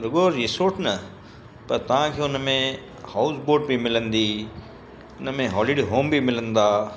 रुॻो रिसोर्स न पर तव्हांखे हुन में हाउसबोट बि मिलंदी हुन में होलीडे होम बि मिलंदा